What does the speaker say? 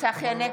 צחי הנגבי.